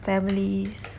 families